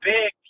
Big